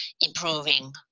improving